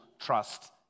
trust